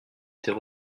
était